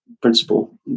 principle